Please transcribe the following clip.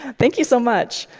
thank you so much.